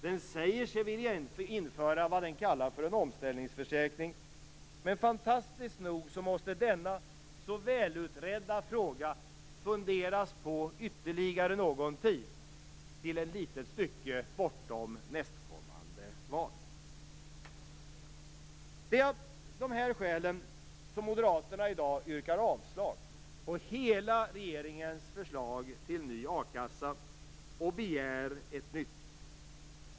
Den säger sig vilja införa vad den kallar för en omställningsförsäkring, men fantastiskt nog måste denna så välutredda fråga funderas på ytterligare någon tid - till ett litet stycke bortom nästkommande val. Det är av de här skälen som Moderaterna i dag yrkar avslag på hela regeringens förslag till ny a-kassa och begär ett nytt förslag.